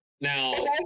Now